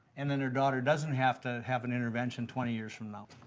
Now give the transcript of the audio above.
and then her daughter doesn't have to have an intervention twenty years from now.